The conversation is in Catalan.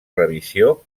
revisió